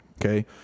Okay